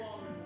One